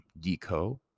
Deco